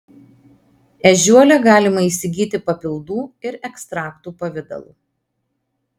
ežiuolę galima įsigyti papildų ir ekstraktų pavidalu